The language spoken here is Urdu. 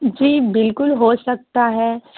جی بالکل ہو سکتا ہے